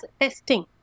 testing